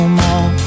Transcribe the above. more